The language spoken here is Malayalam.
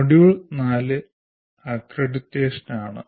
മൊഡ്യൂൾ 4 അക്രഡിറ്റേഷനാണ്